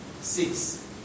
six